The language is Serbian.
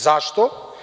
Zašto?